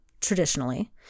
traditionally